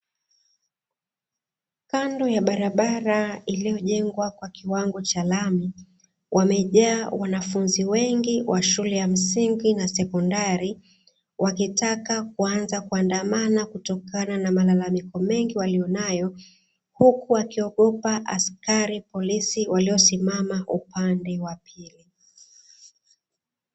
Kando ya barabara iliyojengwa kwa kiwango cha lami, wamejaa wanafunzi wengi wa shule ya msingi na sekondari, wakitaka kuanza kuandamana kutokana na malalamiko mengi walionayo, huku wakiogopa askari polisi waliosimama upande wa pili.